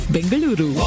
Bengaluru